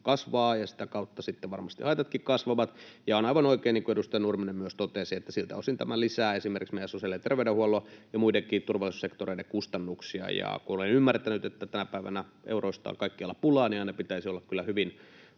kasvaa ja sitä kautta sitten varmasti haitatkin kasvavat, ja on aivan oikein, mitä edustaja Nurminen myös totesi, että siltä osin tämä lisää esimerkiksi meidän sosiaali- ja terveydenhuollon ja muidenkin turvallisuussektoreiden kustannuksia. Ja kun olen ymmärtänyt, että tänä päivänä euroista on kaikkialla pulaa, niin aina pitäisi olla kyllä hyvin